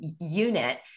unit